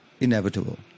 Inevitable